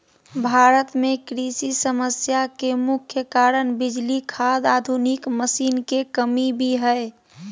भारत में कृषि समस्या के मुख्य कारण बिजली, खाद, आधुनिक मशीन के कमी भी हय